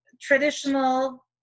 traditional